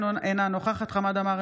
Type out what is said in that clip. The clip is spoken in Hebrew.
אינה נוכחת חמד עמאר,